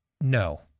no